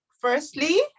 Firstly